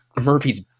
Murphy's